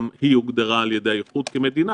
גם היא הוגדרה גם על ידי האיחוד כמדינה,